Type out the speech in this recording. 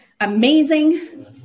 amazing